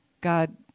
God